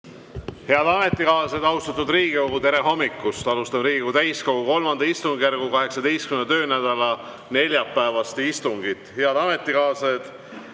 Head ametikaaslased, austatud Riigikogu, tere hommikust! Alustame Riigikogu täiskogu III istungjärgu 18. töönädala neljapäevast istungit. Head ametikaaslased,